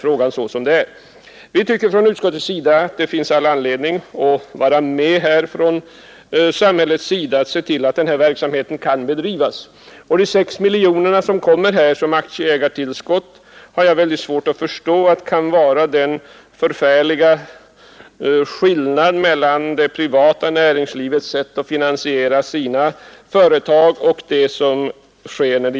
Vi som tillhör utskottsmajoriteten tycker att det finns all anledning att samhället är med och ser till att den här verksamheten kan bedrivas, och jag har väldigt svårt att förstå att de 6 miljonerna i aktieägartillskott kan vara exempel på den förfärliga skillnaden mellan det privata näringslivets sätt att finansiera sina företag och Statsföretags.